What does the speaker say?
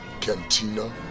Cantina